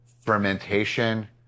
fermentation